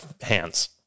hands